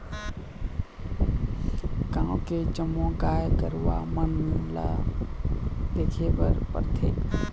गाँव के जम्मो गाय गरूवा मन ल देखे बर परथे